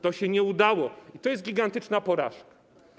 To się nie udało i to jest gigantyczna porażka.